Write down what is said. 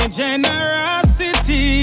generosity